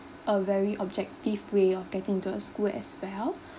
a very objective way of getting into a school as well